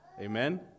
Amen